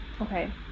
Okay